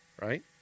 right